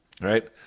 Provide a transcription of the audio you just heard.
right